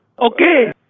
Okay